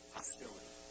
hostility